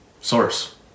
source